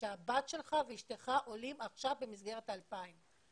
שהבת שלך ואשתך עולים עכשיו במסגרת 2,000 העולים?